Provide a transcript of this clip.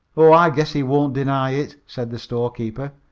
oh, i guess he won't deny it, said the storekeeper.